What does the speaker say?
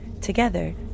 Together